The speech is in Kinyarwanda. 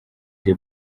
the